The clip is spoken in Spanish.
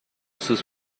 sus